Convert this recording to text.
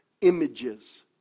images